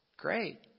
Great